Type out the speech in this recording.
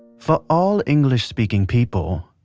for all english-speaking people,